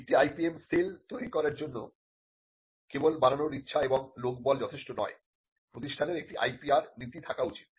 একটি IPM cell তৈরি করার জন্য কেবল বানানোর ইচ্ছা এবং লোক বল যথেষ্ট নয় প্রতিষ্ঠানের একটি IPR নীতি থাকা উচিত